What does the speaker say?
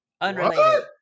Unrelated